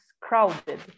crowded